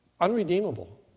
unredeemable